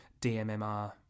DMMR